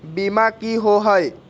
बीमा की होअ हई?